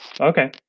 Okay